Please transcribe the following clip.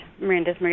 Miranda's